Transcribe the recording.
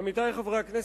עמיתי חברי הכנסת,